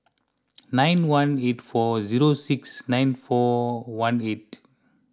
nine one eight four zero six nine four one eight